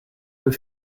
were